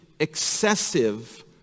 excessive